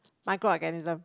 micro organism